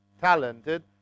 talented